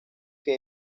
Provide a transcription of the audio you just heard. que